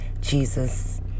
Jesus